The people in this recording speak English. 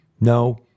No